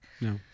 No